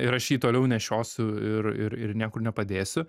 ir aš jį toliau nešiosiu ir ir ir niekur nepadėsiu